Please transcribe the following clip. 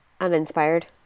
Uninspired